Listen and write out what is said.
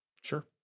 Sure